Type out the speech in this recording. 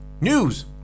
News